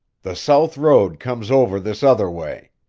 the south road comes over this other way.